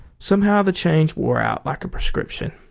somehow the change wore out like a prescription.